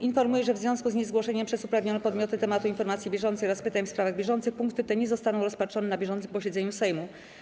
Informuję, że w związku z niezgłoszeniem przez uprawnione podmioty tematu informacji bieżącej oraz pytań w sprawach bieżących punkty te nie zostaną rozpatrzone na bieżącym posiedzeniu Sejmu.